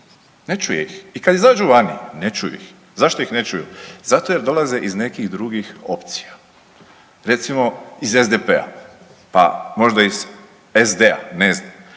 ne čuje ih i kad izađu vani ne čuju ih. Zašto ih ne čuju? Zato jer dolaze iz nekih drugih opcija recimo iz SDP-a pa možda iz SD-a, ne znam.